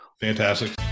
Fantastic